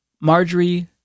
Marjorie